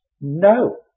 No